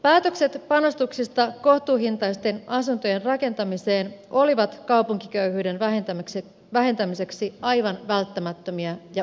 päätökset panostuksista kohtuuhintaisten asuntojen rakentamiseen olivat kaupunkiköyhyyden vähentämiseksi aivan välttämättömiä ja oikeita